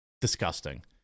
disgusting